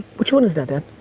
which one is that dad?